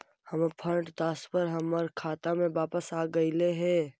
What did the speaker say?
हमर fund transfer हमर खाता में वापस आगईल हे